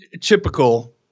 typical